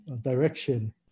direction